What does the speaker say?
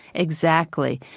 exactly.